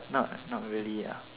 not not really lah